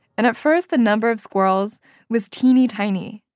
and at first the number of squirrels was teeny tiny.